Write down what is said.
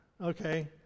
Okay